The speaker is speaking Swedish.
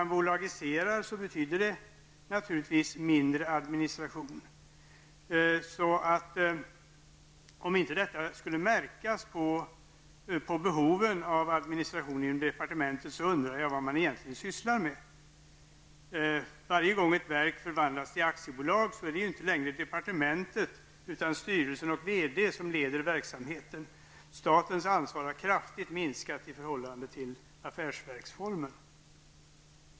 En bolagisering medför naturligtvis mindre administration. Om inte detta inverkar på behovet av administration inom departementet, undrar jag vad man egentligen sysslar med. När ett verk förvandlas till aktiebolag, är det inte längre departementet utan styrelsen och VD som leder verksamheten. Statens ansvar minskar kraftigt i förhållande till affärsverksformen.